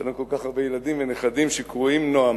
יש לנו כל כך הרבה ילדים ונכדים שקרויים נועם.